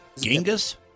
Genghis